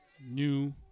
new